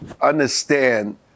understand